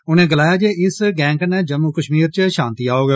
उने गलाया जे इस गैंह कन्नै जम्मू कश्मीर च शांति औग